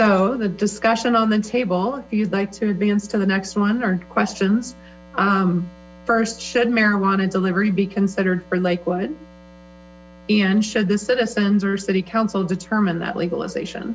so the discussion on the table if you'd like to advance to the next one or two questions first should marijuana delivery be considered for lakewood and should the citizens or city council determine that legalization